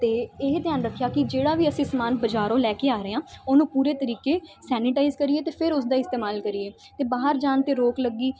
ਅਤੇ ਇਹ ਧਿਆਨ ਰੱਖਿਆ ਕਿ ਜਿਹੜਾ ਵੀ ਅਸੀਂ ਸਮਾਨ ਬਾਜ਼ਾਰੋਂ ਲੈ ਕੇ ਆ ਰਹੇ ਹਾਂ ਉਹਨੂੰ ਪੂਰੇ ਤਰੀਕੇ ਸੈਨੀਟਾਈਜ਼ ਕਰੀਏ ਅਤੇ ਫਿਰ ਉਸ ਦਾ ਇਸਤੇਮਾਲ ਕਰੀਏ ਅਤੇ ਬਾਹਰ ਜਾਣ 'ਤੇ ਰੋਕ ਲੱਗੀ